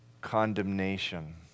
condemnation